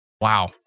Wow